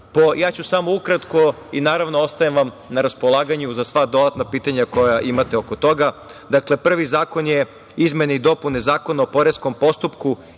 Ja ću samo ukratko i, naravno, ostajem vam na raspolaganju za sva dodatna pitanja koja imate oko toga. Dakle, prvi zakon je izmene i dopune Zakona o poreskom postupku